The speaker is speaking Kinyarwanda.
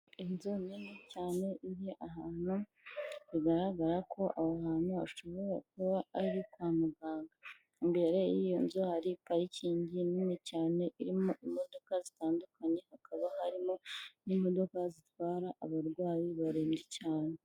Inzu nini cyane iri ahantu bigaragara ko aho hantu hashobora kuba ari kwa muganga. Imbere y'iyo nzu hari parikingi nini cyane irimo imodoka zitandukanye, hakaba harimo n'imodoka zitwara abarwayi barembye cyane.